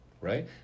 right